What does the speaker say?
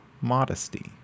modesty